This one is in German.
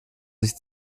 sich